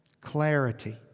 Clarity